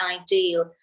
ideal